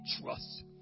trust